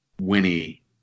Winnie